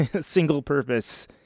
single-purpose